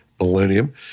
millennium